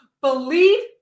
Believe